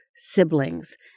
siblings